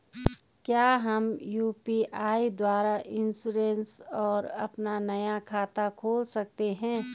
क्या हम यु.पी.आई द्वारा इन्श्योरेंस और अपना नया खाता खोल सकते हैं?